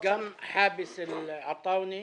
גם חאבס אלעטאונה,